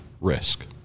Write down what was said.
risk